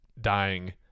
dying